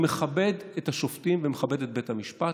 אני מכבד את השופטים ומכבד את בית המשפט.